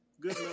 good